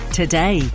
today